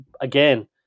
again